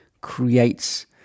creates